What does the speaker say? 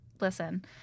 listen